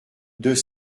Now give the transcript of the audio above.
deux